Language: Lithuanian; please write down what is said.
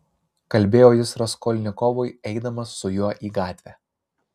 kalbėjo jis raskolnikovui eidamas su juo į gatvę